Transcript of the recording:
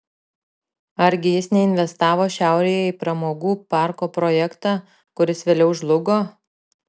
argi jis neinvestavo šiaurėje į pramogų parko projektą kuris vėliau žlugo